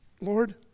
Lord